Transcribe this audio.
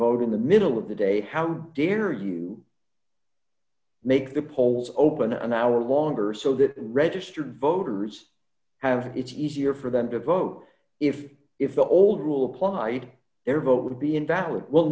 vote in the middle of the day how dare you make the polls open an hour longer so that registered voters have it easier for them to vote if it's the old rule applied their vote would be invalid well